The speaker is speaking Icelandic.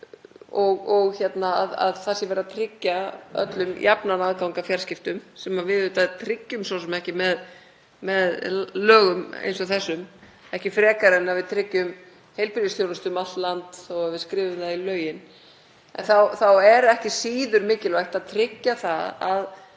og að það sé verið að tryggja öllum jafnan aðgang að fjarskiptum. Við tryggjum það svo sem ekki með lögum eins og þessum, ekki frekar en að við tryggjum heilbrigðisþjónustu um allt land þó að við skrifum það í lögin. En það er ekki síður mikilvægt að tryggja að það